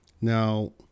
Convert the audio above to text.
Now